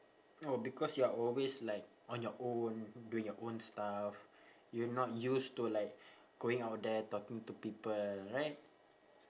oh because you're always like on your own doing your own stuff you're not used to like going out there talking to people right